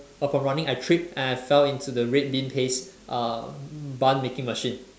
upon running I trip and I fell into the red bean paste uh bun making machine